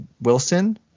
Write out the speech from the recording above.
Wilson